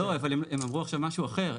לא, אבל הם אמרו עכשיו משהו אחר.